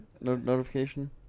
notification